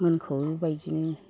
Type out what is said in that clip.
मोनखौ बेबायदिनो